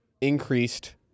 increased